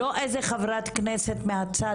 לא איזה חברת כנסת מהצד,